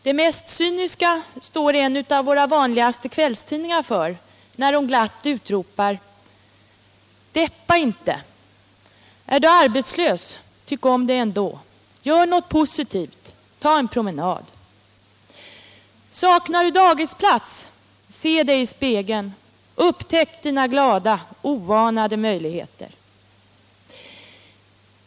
Det mest cyniska sättet står en av våra vanligaste kvällstidningar för när den glatt utropar: Deppa inte — Är du arbetslös - Tyck om dig ändå - Gör något positivt — Ta en promenad. Saknar du dagisplats — Se dig i spegeln — Upptäck dina glada oanade möjligheter.